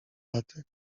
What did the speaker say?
laty